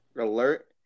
alert